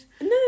no